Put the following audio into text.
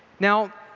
now,